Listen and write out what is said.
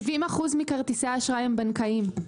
70% מכרטיסי אשראי הם בנקאיים.